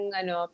ano